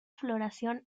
floración